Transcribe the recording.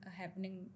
happening